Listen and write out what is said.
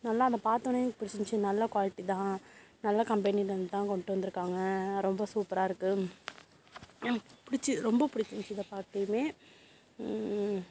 நல்லா அதை பார்த்தோனையே எனக்கு பிடிச்சிருந்துச்சி நல்ல குவாலிட்டி தான் நல்ல கம்பெனிலேருந்து தான் கொண்டுட்டு வந்திருக்காங்க ரொம்ப சூப்பராக இருக்குது எனக்கு பிடிச்சி ரொம்ப பிடிச்சிருந்துச்சி இதை பார்த்ததுமே